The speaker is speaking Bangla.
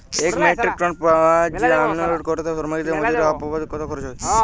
এক মেট্রিক টন পেঁয়াজ আনলোড করতে শ্রমিকের মজুরি বাবদ কত খরচ হয়?